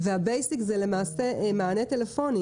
ואנחנו רוצים לשמוע אותך דרור.